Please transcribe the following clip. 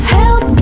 help